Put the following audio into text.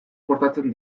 portatzen